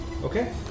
Okay